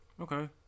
Okay